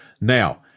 Now